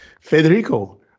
Federico